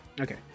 Okay